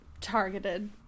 targeted